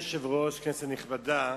אדוני היושב-ראש, כנסת נכבדה,